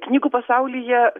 knygų pasaulyje